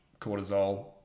cortisol